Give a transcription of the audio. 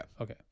Okay